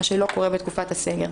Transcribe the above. מה שלא קורה בתקופת הסגר.